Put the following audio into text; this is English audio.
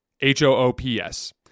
H-O-O-P-S